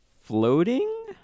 floating